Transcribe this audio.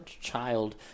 Child